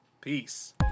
Peace